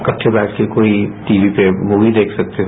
इकट्डे बैठकर कोई टीवी पर मूवी देख सकते हो